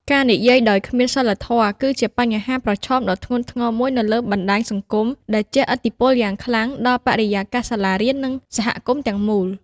ការនិយាយដោយគ្មានសីលធម៌ គឺជាបញ្ហាប្រឈមដ៏ធ្ងន់ធ្ងរមួយនៅលើបណ្ដាញសង្គម ដែលជះឥទ្ធិពលយ៉ាងខ្លាំងដល់បរិយាកាសសាលារៀន និងសហគមន៍ទាំងមូល។